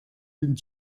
den